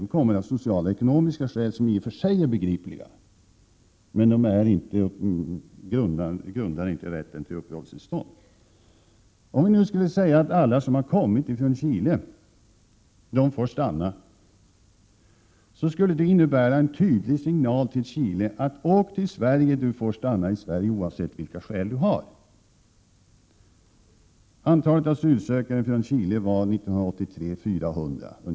De kommer av sociala och ekonomiska skäl, som i och för sig är begripliga men inte grundar rätt till uppehållstillstånd. Om vi nu skulle säga att alla som kommit från Chile får stanna, skulle detta innebära en tydlig signal till människorna i Chile: Åk till Sverige! Du får stanna där, oavsett vilka skäl du har. Antalet asylsökande från Chile var 1983 ungefär 400.